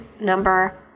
number